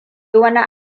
wani